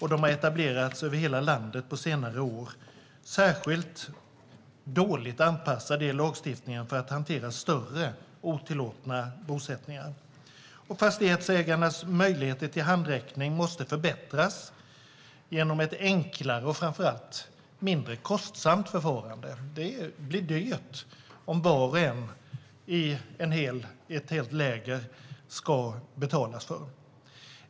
De har etablerats över hela landet på senare år. Särskilt dåligt anpassad är lagstiftningen för att hantera större otillåtna bosättningar. Fastighetsägarnas möjligheter till handräckning måste förbättras genom ett enklare och framför allt mindre kostsamt förfarande. Det blir dyrt om man ska betala för var och en i ett helt läger.